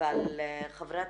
אבל חברת